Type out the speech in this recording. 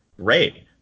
Great